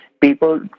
people